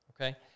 Okay